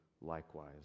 likewise